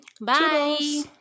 bye